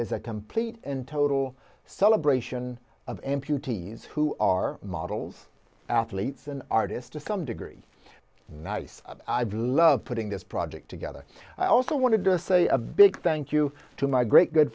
is a complete and total celebration of amputees who are models athletes an artist to some degree nice i'd love putting this project together i also wanted to say a big thank you to my great good